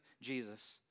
Jesus